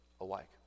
alike